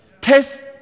test